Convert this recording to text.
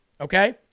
Okay